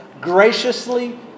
graciously